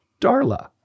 Darla